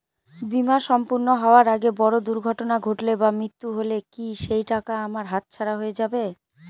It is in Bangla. বীমা সম্পূর্ণ হওয়ার আগে বড় দুর্ঘটনা ঘটলে বা মৃত্যু হলে কি সেইটাকা আমার হাতছাড়া হয়ে যাবে?